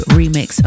remix